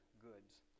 goods